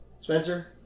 Spencer